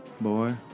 Boy